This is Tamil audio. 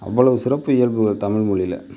அவ்வளவு சிறப்பு இயல்பு தமிழ்மொழியில்